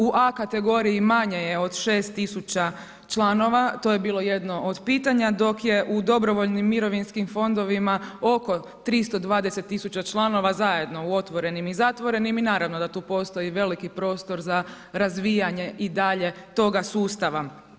U A kategoriji manje je od 6 tisuća članova, to je bilo jedno od pitanja dok je u dobrovoljnim mirovinskim fondovima oko 320 tisuća članova zajedno u otvorenim i zatvorenim i naravno da tu postoji veliki prostor za razvijanje i dalje toga sustava.